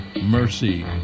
mercy